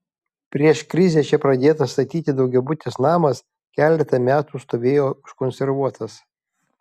prieš krizę čia pradėtas statyti daugiabutis namas keletą metų stovėjo užkonservuotas